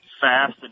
fast